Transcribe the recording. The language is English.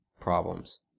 problems